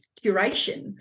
curation